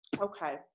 Okay